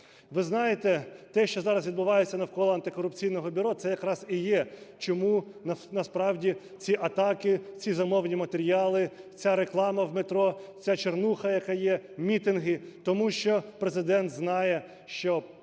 Ви знаєте, те, що зараз відбувається навколо Антикорупційного бюро, це якраз і є, чому насправді ці атаки, ці замовні матеріали, ця реклама в метро, ця "чорнуха", яка є, мітинги. Тому що Президент знає, що,